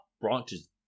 branches